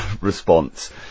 response